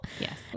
Yes